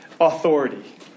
authority